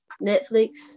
Netflix